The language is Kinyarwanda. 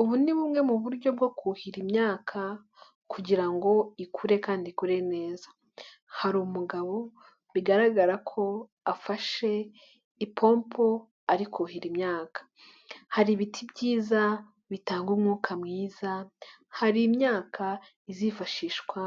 Ubu ni bumwe mu buryo bwo kuhira imyaka kugira ngo ikure kandi ikure neza; hari umugabo bigaragara ko afashe ipompo ariko kuhira imyaka, hari ibiti byiza bitanga umwuka mwiza, hari imyaka izifashishwa